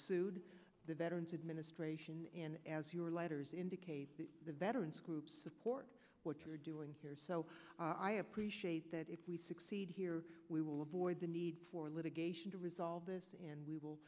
sued the veterans administration in as your letters indicate the veterans groups support what you're doing here so i appreciate that if we succeed here we will avoid the need for litigation to resolve it and we will